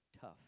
tough